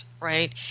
right